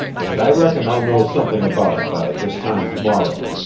and i reckon i'll know something about it by this time to-morrow.